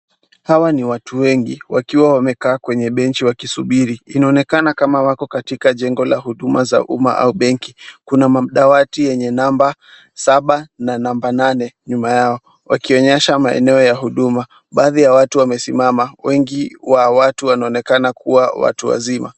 Hawa ni watu wengi, wakiwa wamekaa kwenye benchi wakisubiri. Inaonekana nikama wako katika jengo la huduma za uma au benki. Kuna madawati yenye namba saba na namba nane nyuma yao, wakionyesha maeneo ya huduma. Baadhi ya watu wamesimama. Wengi wa watu wanaonekana kuwa watu wazima.